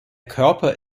körper